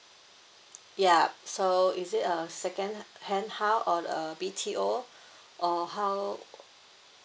yup so is it a second hand house on a B_T_O or how